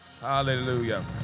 Hallelujah